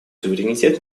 суверенитет